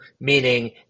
meaning